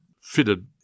fitted